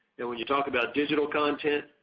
and when you talk about digital content,